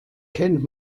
kennt